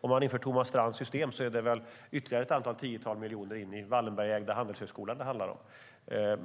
Om man inför Thomas Strands system är det väl ytterligare ett tiotal miljoner till Wallenbergägda Handelshögskolan som det handlar om. Jag